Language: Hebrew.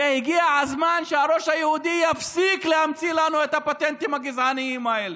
והגיע הזמן שהראש היהודי יפסיק להמציא לנו את הפטנטים הגזעניים האלה.